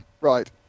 Right